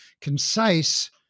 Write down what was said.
concise